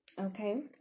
okay